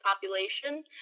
population